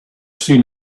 seen